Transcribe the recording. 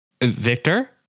victor